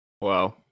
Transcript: Wow